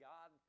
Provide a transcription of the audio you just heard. God